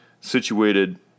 situated